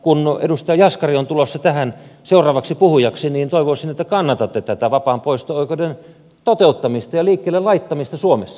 kun edustaja jaskari on tulossa tähän seuraavaksi puhujaksi niin toivoisin että kannatatte tätä vapaan poisto oikeuden toteuttamista ja liikkeelle laittamista suomessa